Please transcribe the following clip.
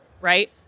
right